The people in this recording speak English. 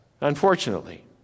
unfortunately